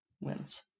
wins